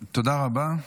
תודה רבה.